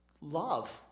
love